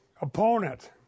opponent